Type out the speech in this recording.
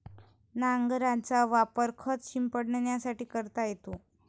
नांगराचा वापर खत शिंपडण्यासाठी करता येतो